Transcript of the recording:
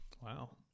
Wow